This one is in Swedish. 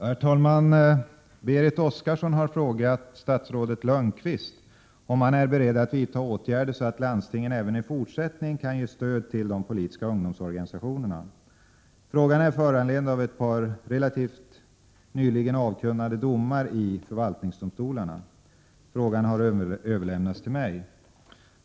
Herr talman! Berit Oscarsson har frågat statsrådet Ulf Lönnqvist om han är beredd att vidta åtgärder så att landstingen även i fortsättningen kan ge stöd till de politiska ungdomsorganisationerna. Frågan är föranledd av ett par relativt nyligen avkunnade domar i förvaltningsdomstolarna. Frågan har överlämnats till mig.